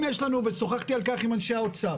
אם יש לנו, ושוחחתי על כך עם אנשי האוצר.